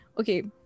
Okay